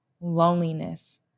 loneliness